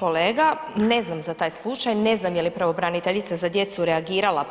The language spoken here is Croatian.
kolega, ne znam za taj slučaj, ne znam je li pravobraniteljica za djecu reagirala